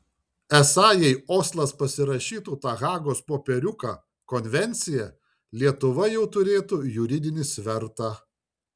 esą jei oslas pasirašytų tą hagos popieriuką konvenciją lietuva jau turėtų juridinį svertą